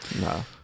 No